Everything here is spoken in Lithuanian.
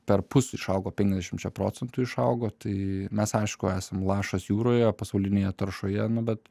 perpus išaugo penkiasdešimčia procentų išaugo tai mes aišku esam lašas jūroje pasaulinėje taršoje nu bet